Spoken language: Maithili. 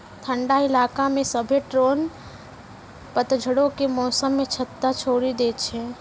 ठंडा इलाका मे सभ्भे ड्रोन पतझड़ो के मौसमो मे छत्ता छोड़ि दै छै